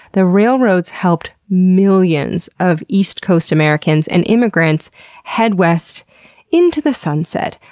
the railroads helped millions of east coast americans and immigrants head west into the sunset,